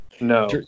No